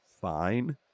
fine